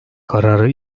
kararı